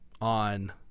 on